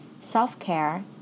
self-care